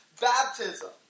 baptism